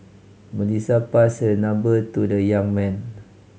Melissa passed her number to the young man